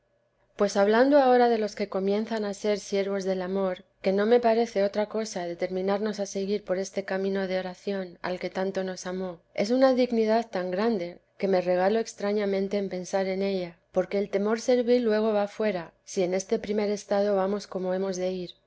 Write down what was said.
pues hablando ahora de los que comienzan a ser siervos del amor que no me parece otra cosa determinarnos a seguir por este camino de oración al que tanto nos amó es una dignidad tan grande que me regalo extrañamente en pensar en ella porque el temor servil luego va fuera si en este primer estado vamos como hemos de ir